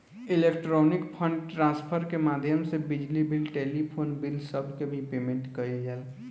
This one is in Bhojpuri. इलेक्ट्रॉनिक फंड ट्रांसफर के माध्यम से बिजली बिल टेलीफोन बिल सब के भी पेमेंट कईल जाला